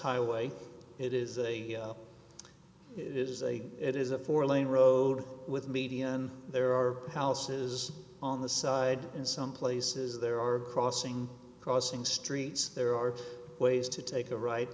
highway it is a it is a it is a four lane road with median there are houses on the side in some places there are crossing crossing streets there are ways to take a right